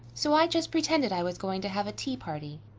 so i just pretended i was going to have a tea party.